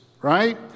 right